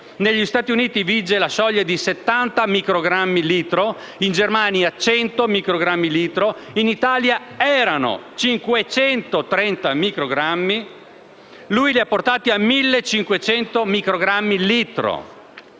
negli Stati Uniti vige la soglia di 70 microgrammi per litro, in Germania di 100 microgrammi per litro, in Italia erano 530 microgrammi, ma lui li ha portati a 1.500 microgrammi per litro.